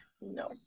No